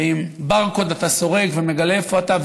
ועם ברקוד אתה סורק ומגלה איפה אתה,